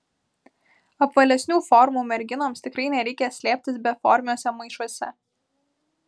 apvalesnių formų merginoms tikrai nereikia slėptis beformiuose maišuose